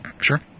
Sure